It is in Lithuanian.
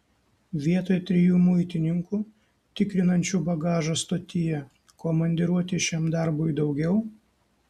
vietoj trijų muitininkų tikrinančių bagažą stotyje komandiruoti šiam darbui daugiau